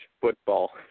football